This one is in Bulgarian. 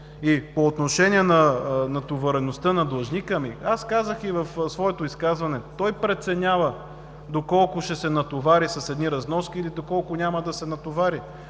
По отношение на натовареността на длъжника. Аз казах и в своето изказване, че той преценява доколко ще се натовари с едни разноски или доколко няма да се натовари.